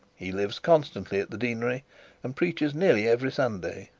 he lives constantly at the deanery and preaches nearly every sunday.